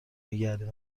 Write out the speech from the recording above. میگردیم